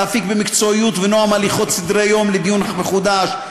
להפיק במקצועיות ובנועם הליכות סדרי-יום לדיון מחודש,